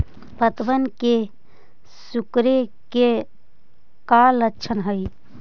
पत्तबन के सिकुड़े के का लक्षण हई?